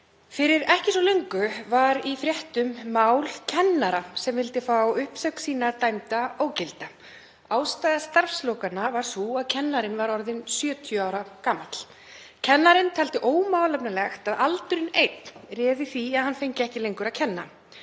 Fyrir ekki svo löngu var í fréttum mál kennara sem vildi fá uppsögn sína dæmda ógilda. Ástæða starfslokanna var sú að kennarinn var orðinn 70 ára gamall. Kennarinn taldi ómálefnalegt að aldurinn einn réði því að hann fengi ekki lengur að kenna.